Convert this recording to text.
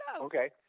Okay